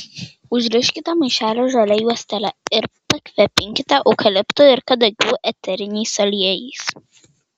užriškite maišelį žalia juostele ir pakvepinkite eukaliptų ir kadagių eteriniais aliejais